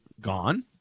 gone